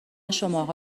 شماها